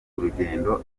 urugendo